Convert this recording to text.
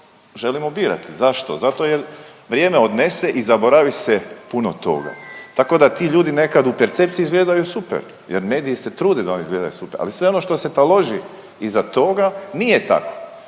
želimo birati. Zašto? Zato jer vrijeme odnese i zaboravi se puno toga. Tako da ti ljudi nekad u percepciji izgledaju super jer mediji se trude da oni izgledaju super, ali sve ono što se taloži iza toga, nije tako.